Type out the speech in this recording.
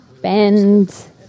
Bend